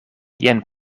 jen